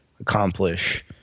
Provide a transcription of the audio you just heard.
accomplish